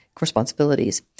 responsibilities